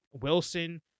Wilson